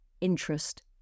Interest